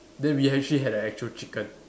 then we actually had a actual chicken